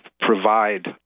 provide